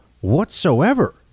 whatsoever